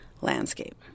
landscape